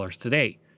today